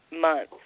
months